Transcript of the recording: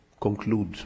conclude